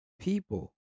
people